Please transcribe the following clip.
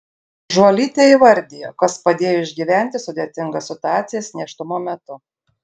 žuolytė įvardijo kas padėjo išgyventi sudėtingas situacijas nėštumo metu